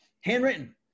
Handwritten